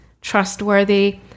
trustworthy